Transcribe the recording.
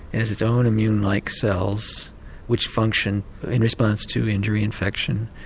has its own immune-like cells which function in response to injury, infection.